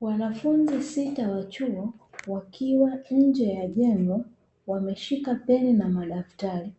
Wanafunzi sita wa chuo wakiwa nje ya jengo wameshika peni na madaftari,